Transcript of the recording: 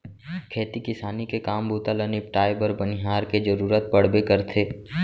खेती किसानी के काम बूता ल निपटाए बर बनिहार के जरूरत पड़बे करथे